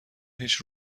هیچ